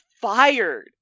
fired